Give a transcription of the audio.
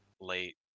late